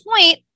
point